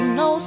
no